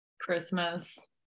Christmas